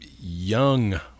young